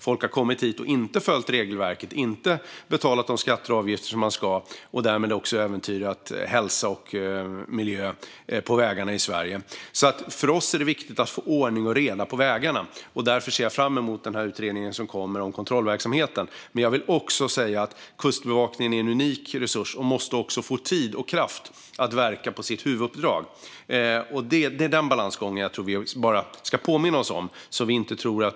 Folk har kommit hit utan att följa regelverket. De har inte betalat de skatter och avgifter man ska. Därmed har de också äventyrat hälsa och miljö på vägarna i Sverige. För oss är det viktigt att få ordning och reda på vägarna. Därför ser jag fram emot den utredning som kommer om kontrollverksamheten. Kustbevakningen är en unik resurs som måste få tid och kraft att verka inom sitt huvuduppdrag. Det är den balansgången jag tror att vi ska påminna oss om.